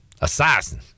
Assassin